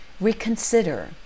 reconsider